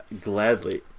Gladly